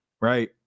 Right